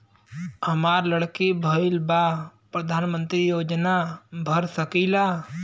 हमार लड़की भईल बा प्रधानमंत्री योजना भर सकीला?